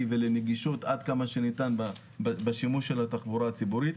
ולנגישות עד כמה שניתן בשימוש של התחבורה הציבורית.